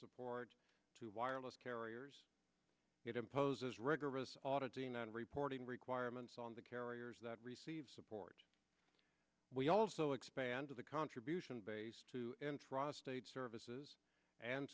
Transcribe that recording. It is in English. support to wireless carriers it imposes rigorous auditing and reporting requirements on the carriers that receive support we also expanded the contribution base to intrastate services and